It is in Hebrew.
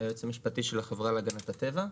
היועץ המשפטי של החברה להגנת הטבע.